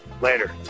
Later